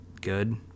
good